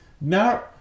Now